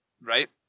Right